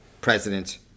President